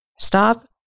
stop